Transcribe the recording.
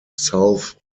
south